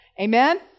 Amen